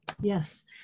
yes